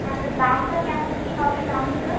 আচ্ছা দামটা কেমন কী হবে দামটা